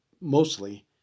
mostly